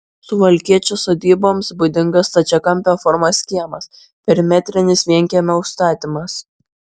suvalkiečio sodyboms būdingas stačiakampio formos kiemas perimetrinis vienkiemio užstatymas